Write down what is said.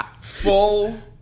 Full